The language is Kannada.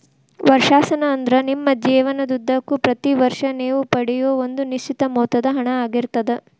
ವರ್ಷಾಶನ ಅಂದ್ರ ನಿಮ್ಮ ಜೇವನದುದ್ದಕ್ಕೂ ಪ್ರತಿ ವರ್ಷ ನೇವು ಪಡೆಯೂ ಒಂದ ನಿಶ್ಚಿತ ಮೊತ್ತದ ಹಣ ಆಗಿರ್ತದ